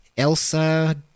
Elsa